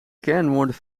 kernwoorden